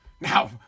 Now